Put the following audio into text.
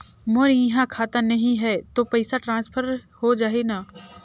मोर इहां खाता नहीं है तो पइसा ट्रांसफर हो जाही न?